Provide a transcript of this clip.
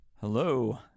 Hello